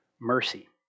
mercy